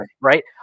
right